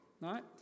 right